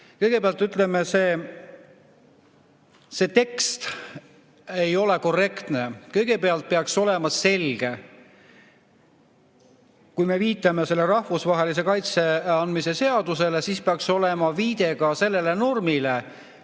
Kõigepealt, ütleme, see tekst ei ole korrektne. Peaks olema selge, kui me viitame rahvusvahelise kaitse andmise seadusele, siis peaks olema viide ka sellele normile,